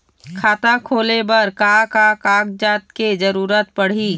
खाता खोले बर का का कागजात के जरूरत पड़ही?